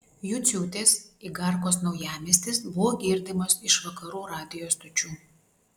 juciūtės igarkos naujamiestis buvo girdimas iš vakarų radijo stočių